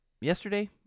yesterday